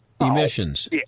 emissions